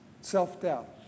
self-doubt